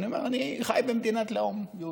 אני אומר שאני חי במדינת לאום יהודית,